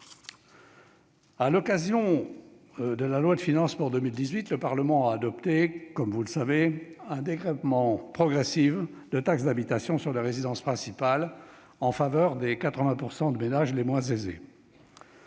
À l'occasion de la loi de finances pour 2018, le Parlement a adopté, comme vous le savez, un dégrèvement progressif de la taxe d'habitation sur les résidences principales en faveur des « 80 % de ménages les moins aisés